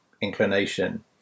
inclination